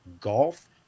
golf